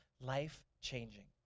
life-changing